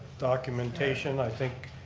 documentation, i think,